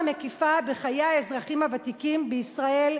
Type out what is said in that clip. מקיפה בחיי האזרחים הוותיקים בישראל,